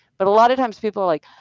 but a lot of times people are like,